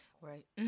Right